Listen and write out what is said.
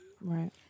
Right